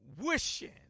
wishing